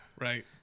right